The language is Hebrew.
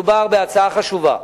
מדובר בהצעה חשובה,